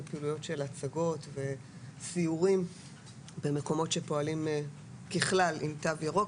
פעילויות של הצגות וסיורים במקומות שפועלים ככלל עם "תו ירוק",